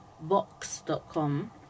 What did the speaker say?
Box.com